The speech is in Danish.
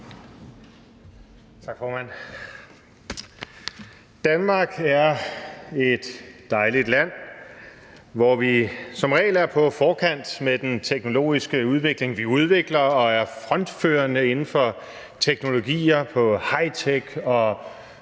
Tak, formand. Danmark er et dejligt land, hvor vi som regel er på forkant med den teknologiske udvikling. Vi udvikler og er frontførende inden for teknologier, på hightech og